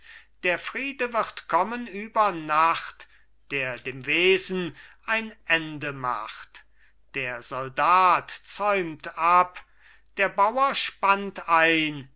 der friede wird kommen über nacht der dem wesen ein ende macht der soldat zäumt ab der bauer spannt ein